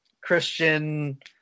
Christian